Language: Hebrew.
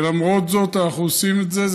ולמרות זאת אנחנו עושים את זה.